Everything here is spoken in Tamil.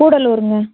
கூடலூருங்க